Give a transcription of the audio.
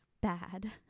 bad